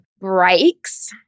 breaks